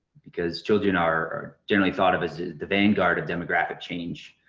because children are generally thought of as the vanguard of demographic change.